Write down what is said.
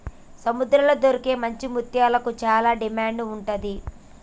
సముద్రాల్లో దొరికే మంచి ముత్యాలకు చానా డిమాండ్ ఉంటది